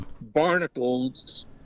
barnacles